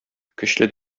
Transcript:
көчле